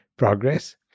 progress